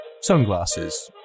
sunglasses